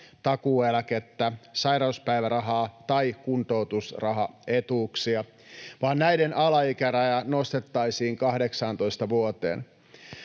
takuueläkettä, sairauspäivärahaa tai kuntoutusrahaetuuksia vaan näiden alaikäraja nostettaisiin 18 vuoteen.